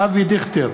אבי דיכטר,